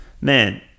Man